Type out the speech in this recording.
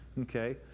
Okay